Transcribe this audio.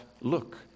look